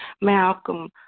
Malcolm